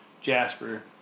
Jasper